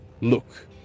Look